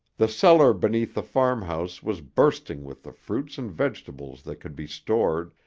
the cellar beneath the farmhouse was bursting with the fruits and vegetables that could be stored,